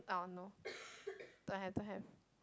orh no don't have don't have